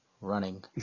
running